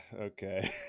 Okay